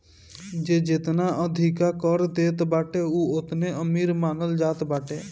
जे जेतना अधिका कर देत बाटे उ ओतने अमीर मानल जात बाटे